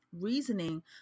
reasoning